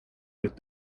with